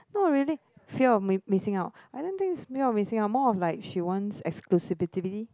not really fear of m~ missing out I don't think it's fear of missing out more of like she wants exclusivity